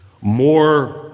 More